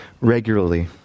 regularly